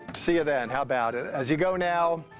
see you then. how about it? as you go now,